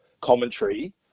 commentary